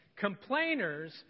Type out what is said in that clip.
Complainers